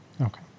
Okay